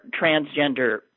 transgender